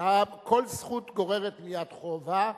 כל זכות גוררת מייד חובה.